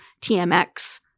TMX